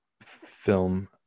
film